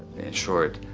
in short,